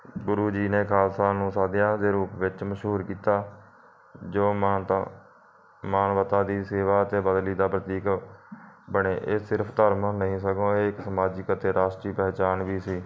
ਗੁਰੂ ਜੀ ਨੇ ਖਾਲਸਾ ਨੂੰ ਸਾਦਿਆ ਦੇ ਰੂਪ ਵਿੱਚ ਮਸ਼ਹੂਰ ਕੀਤਾ ਜੋ ਮਾਂ ਤਾਂ ਮਾਨਵਤਾ ਦੀ ਸੇਵਾ ਤੇ ਬਦਲੀ ਦਾ ਪ੍ਰਤੀਕ ਬਣੇ ਇਹ ਸਿਰਫ ਧਰਮ ਨੂੰ ਨਹੀਂ ਸਗੋਂ ਇਹ ਇਕ ਸਮਾਜਿਕ ਅਤੇ ਰਾਸ਼ਟਰੀ ਪਹਿਚਾਣ ਵੀ ਸੀ